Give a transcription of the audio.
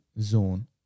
zone